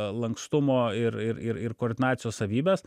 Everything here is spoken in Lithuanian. lankstumo ir ir ir koordinacijos savybes